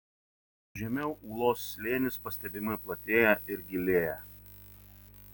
žemiau ūlos slėnis pastebimai platėja ir gilėja